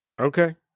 Okay